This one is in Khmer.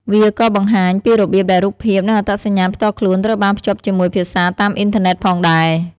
វាក៏បង្ហាញពីរបៀបដែលរូបភាព និងអត្តសញ្ញាណផ្ទាល់ខ្លួនត្រូវបានភ្ជាប់ជាមួយភាសាតាមអ៊ីនធឺណិតផងដែរ។